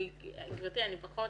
גברתי, אני פחות